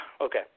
Okay